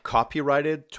Copyrighted